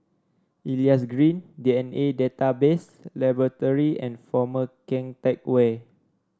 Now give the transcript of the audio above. Elias Green D N A Database Laboratory and Former Keng Teck Whay